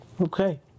Okay